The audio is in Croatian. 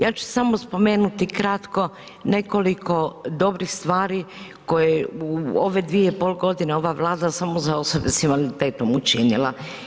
Ja ću samo spomenuti kratko nekoliko dobrih stvari koje u ove dvije i pol godine ova Vlada samo za osobe s invaliditetom učinila.